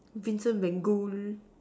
Vincent-van-gogh